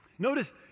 Notice